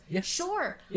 sure